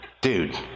dude